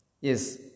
Yes